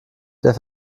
der